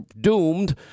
doomed